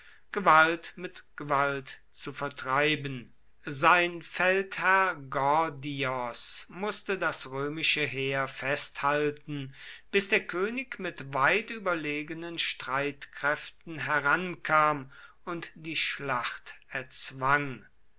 gewalt mit gewalt zu vertreiben sein feldherr gordios mußte das römische heer festhalten bis der könig mit weit überlegenen streitkräften herankam und die schlacht erzwang